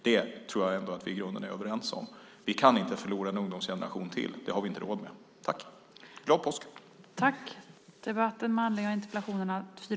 Det tror jag att vi i grunden är överens om. Vi kan inte förlora en ungdomsgeneration till. Det har vi inte råd med. Glad påsk!